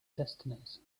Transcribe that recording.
destinies